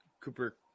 Cooper